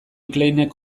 kleinek